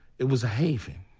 it was a haven.